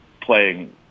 playing